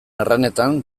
erranetan